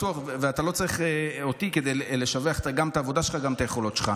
ואתה לא צריך אותי כדי לשבח גם את העבודה שלך וגם את היכולות שלך.